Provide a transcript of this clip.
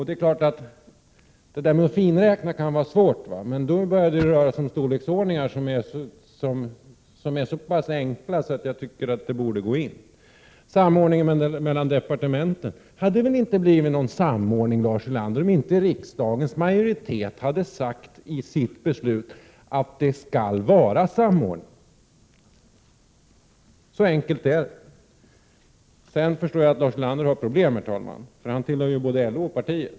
Det är klart att det kan vara svårt att finräkna, men här rör det sig om tal som är så enkla att de borde gå in. Så till samordningen mellan departementen. Det hade inte blivit någon samordning, Lars Ulander, om inte riksdagens majoritet hade sagt i sitt beslut att det skall vara samordning. Så enkelt är det. Sedan förstår jag att Lars Ulander har problem, för han tillhör ju både LO och partiet.